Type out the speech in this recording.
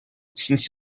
since